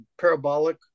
parabolic